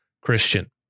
Christian